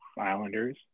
Islanders